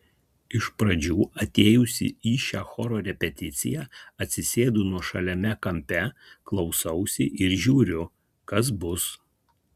iš pradžių atėjusi į šią choro repeticiją atsisėdu nuošaliame kampe klausausi ir žiūriu kas bus